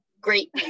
Great